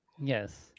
yes